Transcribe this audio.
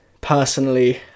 Personally